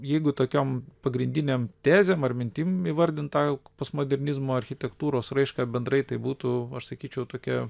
jeigu tokiom pagrindinėm tezėm ar mintim įvardint tą postmodernizmo architektūros raišką bendrai tai būtų aš sakyčiau tokie